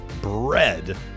bread